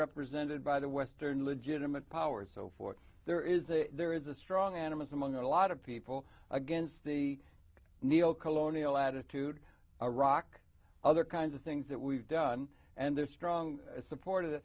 represented by the western legitimate powers so for there is there is a strong animus among a lot of people against the neo colonial attitude iraq other kinds of things that we've done and there's strong support